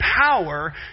power